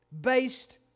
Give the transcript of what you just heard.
based